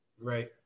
Right